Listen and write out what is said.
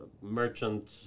merchant